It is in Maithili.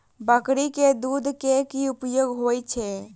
बकरी केँ दुध केँ की उपयोग होइ छै?